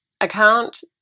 account